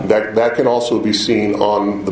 that that could also be seen on the